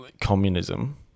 communism